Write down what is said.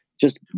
just-